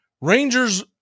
Rangers